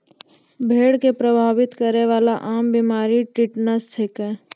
भेड़ क प्रभावित करै वाला आम बीमारी टिटनस छिकै